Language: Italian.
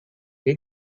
che